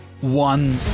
one